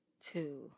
Two